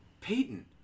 Peyton